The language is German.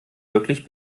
wirklich